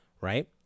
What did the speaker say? Right